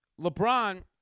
LeBron